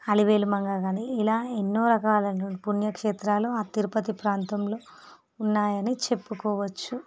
అలివేలు మంగ కానీ ఇలా ఎన్నో రకాల పుణ్యక్షేత్రాలు ఆ తిరుపతి ప్రాంతంలో ఉన్నాయని చెప్పుకోవచ్చు